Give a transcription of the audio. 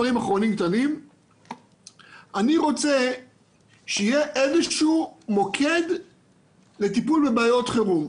אני רוצה שיהיה איזשהו מוקד לטיפול בבעיות חירום.